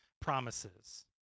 promises